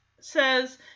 Says